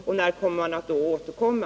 Och när skall man då återkomma?